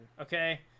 Okay